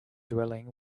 dwelling